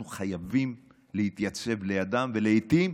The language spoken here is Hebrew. אנחנו חייבים להתייצב לידן ולעיתים